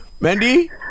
Mandy